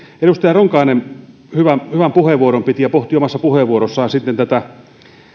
edustaja ronkainen hyvän hyvän puheenvuoron piti ja pohti omassa puheenvuorossaan sitten tätä